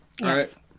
Yes